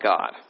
God